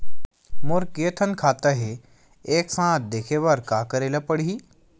मोर के थन खाता हे एक साथ देखे बार का करेला पढ़ही?